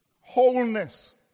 wholeness